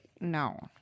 no